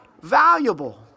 valuable